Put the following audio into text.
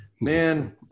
man –